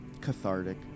cathartic